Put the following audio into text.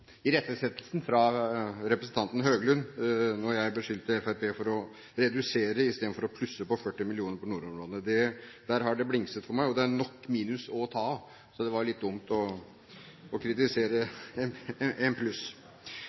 irettesettelsen fra representanten Høglund fordi jeg beskyldte Fremskrittspartiet for å redusere istedenfor å plusse på 40 mill. kr til nordområdene. Der har jeg blingset. Det er nok av minus å ta av, så det var litt dumt å kritisere en pluss.